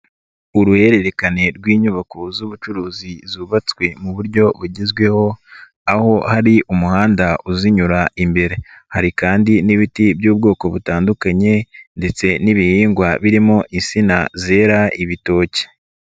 Uruhererekane rw'inyubako z'ubucuruzi zubatswe mu buryo bugezweho, aho hari umuhanda uzinyura imbere. Hari kandi n'ibiti by'ubwoko butandukanye, ndetse n'ibihingwa birimo insina zera ibitoki.